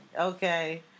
Okay